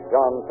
John